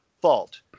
fault